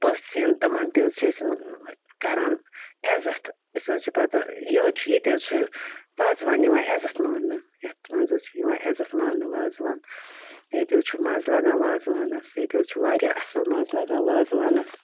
پٔژھۍ یِنۍ تِمَن تہِ حظ چھِ أسۍ کَران عزت أسۍ حظ چھِ پَتہٕ یہِ حظ چھِ ییٚتہِ حظ چھِ وازوان یِوان عزت ماننہٕ یَتھ منٛز حظ چھِ یِوان عزت ماننہٕ وازوان ییٚتہِ حظ چھُ مَزٕ لگان وازوانَس ییٚتہِ حظ چھُ واریاہ اَصٕل مَزٕ لگان وازوانَس